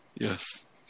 Yes